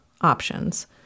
options